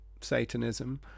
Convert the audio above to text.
Satanism